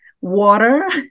water